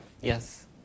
Yes